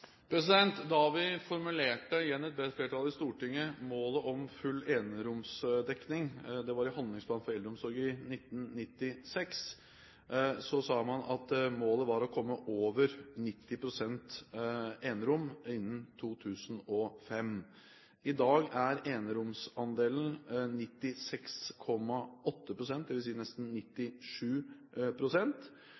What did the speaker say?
Da vi, igjen med et bredt flertall i Stortinget, formulerte målet om full eneromsdekning – det var i Handlingsplan for eldreomsorgen i 1996 – sa man at målet var å komme over 90 pst. i enerom innen 2005. I dag er eneromsandelen 96,8 pst., dvs. nesten